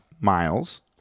miles